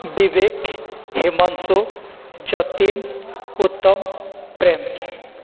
Vivek Himanshu Jatin Uttam Prem